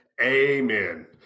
amen